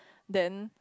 then